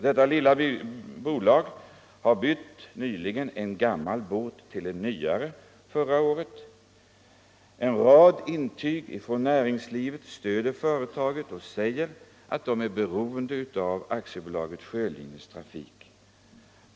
Detta lilla bolag har förra året bytt en gammal båt till en nyare. En rad intyg från näringslivet stöder företaget och säger att man är beroende av AB Sjölinjers trafik.